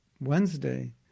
Wednesday